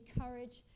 courage